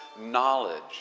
knowledge